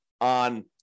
on